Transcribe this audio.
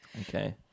Okay